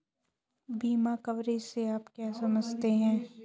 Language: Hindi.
बीमा कवरेज से आप क्या समझते हैं?